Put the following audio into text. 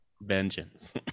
Vengeance